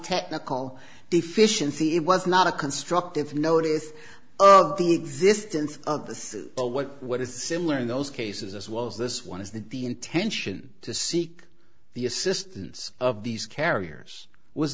technical deficiency it was not a constructive notice the existence of this what what is similar in those cases as well as this one is that the intention to seek the assistance of these carriers was